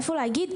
איפה להגיד,